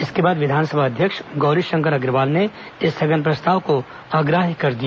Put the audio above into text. इसके बाद विधानसभा अध्यक्ष गौरीशंकर अग्रवाल ने स्थगन प्रस्ताव को अग्राहय कर दिया